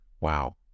Wow